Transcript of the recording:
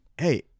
hey